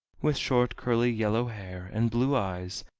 with short curly yellow hair, and blue eyes,